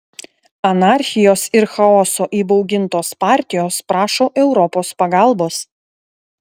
anarchijos ir chaoso įbaugintos partijos prašo europos pagalbos